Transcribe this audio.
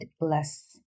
less